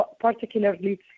particularly